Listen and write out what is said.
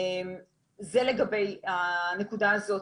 זה לגבי הנקודה הזאת.